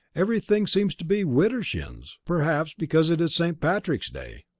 everything seems to be widdershins. perhaps because it is st. patrick's day.